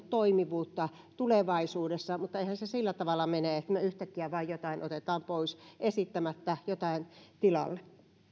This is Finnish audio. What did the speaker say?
toimivuutta tulevaisuudessa mutta eihän se sillä tavalla mene että me yhtäkkiä vain jotain otamme pois esittämättä jotain tilalle